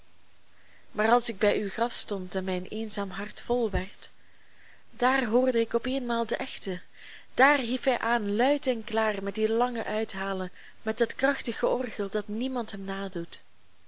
maar als ik bij uw graf stond en mijn eenzaam hart vol werd daar hoorde ik op eenmaal den echten daar hief hij aan luid en klaar met die lange uithalen met dat krachtig georgel dat niemand hem nadoet